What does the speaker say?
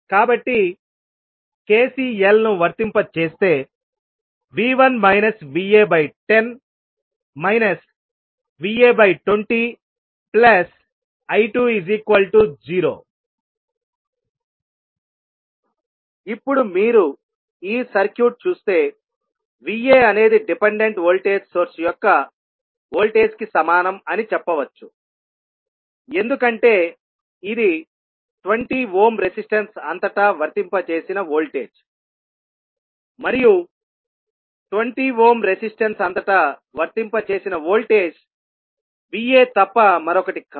కాబట్టి KCL ను వర్తింప చేస్తే V1 Va10 Va20I20 ఇప్పుడు మీరు ఈ సర్క్యూట్ చూస్తే Va అనేది డిపెండెంట్ వోల్టేజ్ సోర్స్ యొక్క వోల్టేజ్ కి సమానం అని చెప్పవచ్చు ఎందుకంటే ఇది 20 ఓమ్ రెసిస్టన్స్ అంతటా వర్తింప చేసిన వోల్టేజ్ మరియు 20 ఓమ్ రెసిస్టన్స్ అంతటా వర్తింప చేసిన వోల్టేజ్ Va తప్ప మరొకటి కాదు